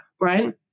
right